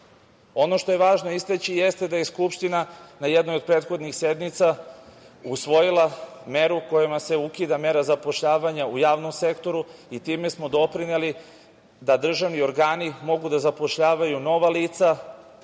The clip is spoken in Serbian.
što je važno istaći jeste da je Skupština na jednoj od prethodnih sednica usvojila meru kojom se ukida mera zapošljavanja u javnom sektoru i time smo doprineli da državni organi mogu da zapošljavaju nova lica